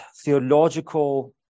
theological